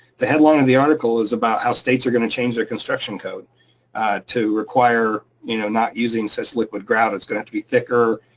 the headline of the article is about how states are gonna change their construction code to require you know not using such liquid grout. it's gonna have to be thicker.